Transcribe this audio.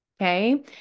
Okay